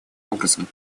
образом